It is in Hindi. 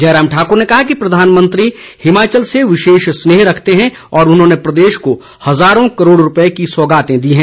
जयराम ठाक्र ने कहा कि प्रधानमंत्री हिमाचल से विशेष स्नेह रखते हैं और उन्होंने प्रदेश को हज़ारों करोड़ रूपये की सौगातें दी हैं